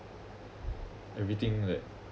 everything like